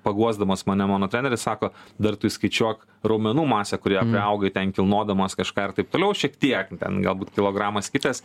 paguosdamas mane mano treneris sako dar tu įskaičiuok raumenų masę kurią priaugai ten kilnodamas kažką ir taip toliau šiek tiek ten galbūt kilogramas kitas